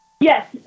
Yes